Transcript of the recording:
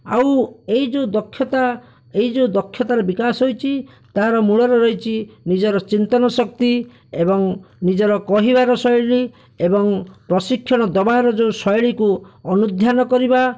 ଆଉ ଏହି ଯେଉଁ ଦକ୍ଷତା ଏହି ଯେଉଁ ଦକ୍ଷତାର ବିକାଶ ହୋଇଛି ତାହାର ମୂଳରେ ରହିଛି ନିଜର ଚିନ୍ତନ ଶକ୍ତି ଏବଂ ନିଜର କହିବାର ଶୈଳୀ ଏବଂ ପ୍ରଶିକ୍ଷଣ ଦେବାର ଯେଉଁ ଶୈଳୀକୁ ଅନୁଧ୍ୟାନ କରିବା